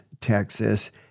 Texas